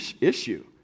issue